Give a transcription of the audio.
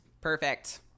Perfect